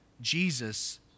Jesus